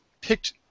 picked